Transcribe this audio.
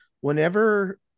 whenever